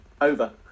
Over